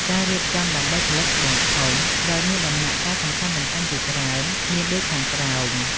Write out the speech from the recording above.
ការរៀបចំដើម្បីផលិត ស្បែកធំ ត្រូវមានដំណាក់កាលសំខាន់ៗជាច្រើន មានដូចខាងក្រោម។